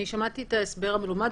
שמעתי את ההסבר המלומד,